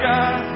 God